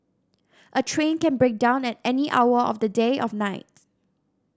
a train can break down at any hour of the day of night